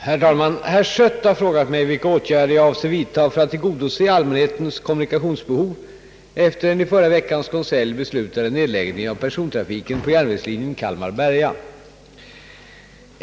Herr talman! Herr Schött har frågat mig vilka åtgärder jag avser vidta för att tillgodose allmänhetens kommunikationsbehov efter den i förra veckans konselj beslutade nedläggningen av persontrafiken på järnvägslinjen Kalmar— Berga.